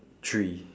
three